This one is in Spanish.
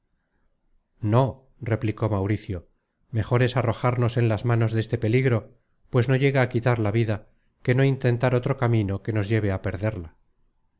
no replicó mauricio mejor es arrojarnos en las manos deste peligro pues no llega á quitar la vida que no intentar otro camino que nos lleve a perderla